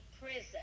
prison